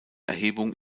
erhebung